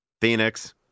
Phoenix